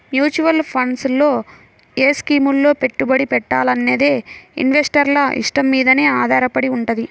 mutual funds లో ఏ స్కీముల్లో పెట్టుబడి పెట్టాలనేది ఇన్వెస్టర్ల ఇష్టం మీదనే ఆధారపడి వుంటది